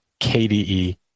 KDE